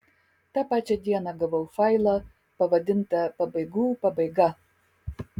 tą pačią dieną gavau failą pavadintą pabaigų pabaiga